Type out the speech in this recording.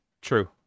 True